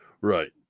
Right